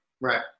right